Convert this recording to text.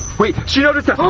wait. she's